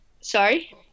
sorry